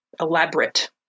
elaborate